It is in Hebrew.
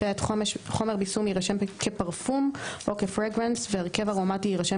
(ב)חומר בישום יירשם כ-"Parfum" או כ-Fragrance"" והרכב ארומטי יירשם